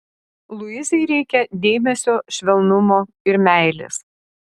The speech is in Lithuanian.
luizai reikia dėmesio švelnumo ir meilės